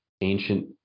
ancient